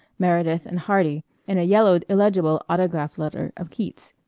meredith, and hardy, and a yellowed illegible autograph letter of keats's,